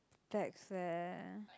bags leh